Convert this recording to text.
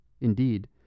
Indeed